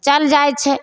चलि जाइ छै